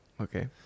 okay